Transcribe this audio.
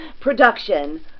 production